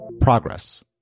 Progress